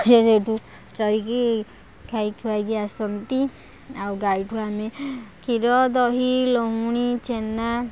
ସିଏ ସେଇଠୁ ଚରିକି ଖାଇଖୁଆକି ଆସନ୍ତି ଆଉ ଗାଈଠୁ ଆମେ କ୍ଷୀର ଦହି ଲହୁଣୀ ଛେନା